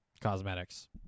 cosmetics